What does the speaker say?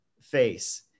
face